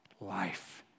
life